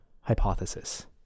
hypothesis